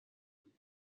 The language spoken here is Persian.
بودیم